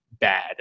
bad